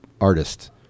artist